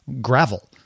gravel